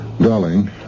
Darling